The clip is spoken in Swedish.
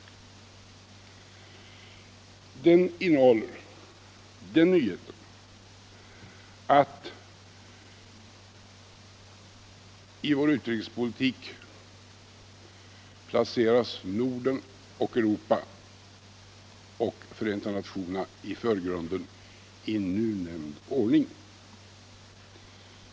Den innehåller den nyheten att i vår utrikespolitik placeras Norden och Europa och Förenta nationerna i förgrunden i nu nämnd ordning.